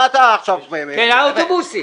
מה אתה עכשיו --- כן, על האוטובוסים.